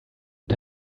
and